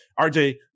rj